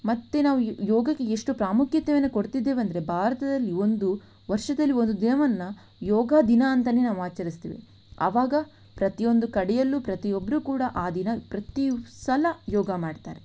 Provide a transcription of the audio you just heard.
ಮತ್ತು ನಾವು ಯೋಗಕ್ಕೆ ಎಷ್ಟು ಪ್ರಾಮುಖ್ಯತೆಯನ್ನು ಕೊಡ್ತಿದ್ದೇವೆಂದರೆ ಭಾರತದಲ್ಲಿ ಒಂದು ವರ್ಷದಲ್ಲಿ ಒಂದು ದಿನವನ್ನು ಯೋಗ ದಿನ ಅಂತಲೇ ನಾವು ಆಚರಿಸ್ತೇವೆ ಆವಾಗ ಪ್ರತಿಯೊಂದು ಕಡೆಯಲ್ಲೂ ಪ್ರತಿಯೊಬ್ಬರೂ ಕೂಡ ಆ ದಿನ ಪ್ರತಿ ಸಲ ಯೋಗ ಮಾಡ್ತಾರೆ